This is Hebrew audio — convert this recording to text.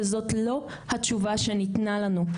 וזאת לא התשובה שניתנה לנו.